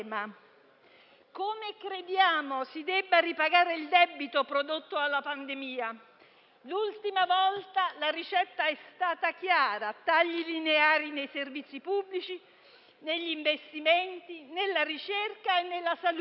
Come crediamo si debba ripagare il debito prodotto dalla pandemia? L'ultima volta la ricetta è stata chiara: tagli lineari nei servizi pubblici, negli investimenti, nella ricerca e nella salute.